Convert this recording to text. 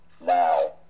now